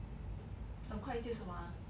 很快就什么